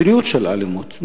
מדיניות של אלימות,